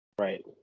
Right